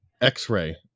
x-ray